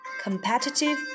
Competitive